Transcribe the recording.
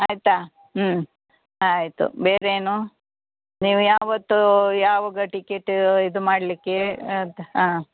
ಆಯ್ತಾ ಹ್ಞೂ ಆಯಿತು ಬೇರೇನು ನೀವು ಯಾವತ್ತೂ ಯಾವಾಗ ಟಿಕೇಟು ಇದು ಮಾಡಲಿಕ್ಕೇ ಅದು ಹಾಂ